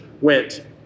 went